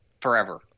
forever